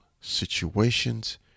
situations